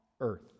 earth